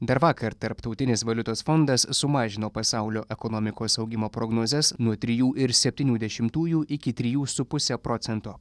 dar vakar tarptautinis valiutos fondas sumažino pasaulio ekonomikos augimo prognozes nuo trijų ir septynių dešimtųjų iki trijų su puse procento